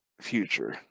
future